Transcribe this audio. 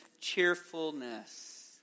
cheerfulness